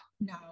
no